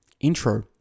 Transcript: Intro